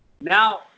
Now